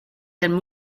and